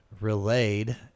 relayed